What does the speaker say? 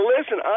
Listen